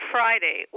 Friday